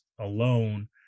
alone